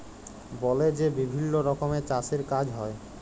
বলে যে বিভিল্ল্য রকমের চাষের কাজ হ্যয়